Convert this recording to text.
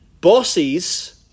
bosses